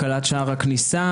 הקלת שער הכניסה.